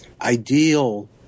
ideal